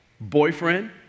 boyfriend